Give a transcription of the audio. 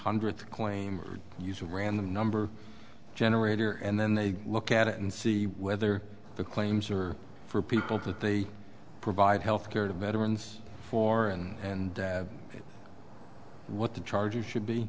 hundredth claim or use a random number generator and then they look at it and see whether the claims are for people that they provide health care to veterans for and what the charges should be